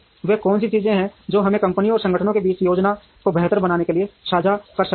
वे कौन सी चीजें हैं जो हम कंपनियों और संगठनों के बीच योजना को बेहतर बनाने के लिए साझा कर सकते हैं